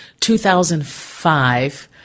2005